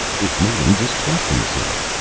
it made him distrust himself,